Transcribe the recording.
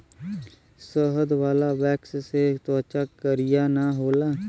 शहद वाला वैक्स से त्वचा करिया ना होला